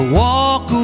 walk